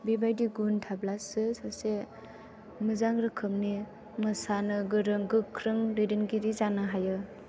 बेबायदि गुन थाब्लासो सासे मोजां रोखोमनि मोसानो गोरों गोख्रों दैदेनगिरि जानो हायो